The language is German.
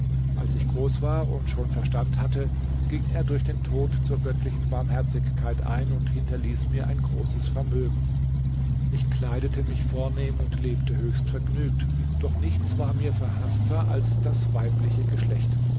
als ich groß war und schon verstand hatte ging er durch den tod zur göttlichen barmherzigkeit ein und hinterließ mir ein großes vermögen ich kleidete mich vornehm und lebte höchst vergnügt doch nichts war mir verhaßter als das weibliche geschlecht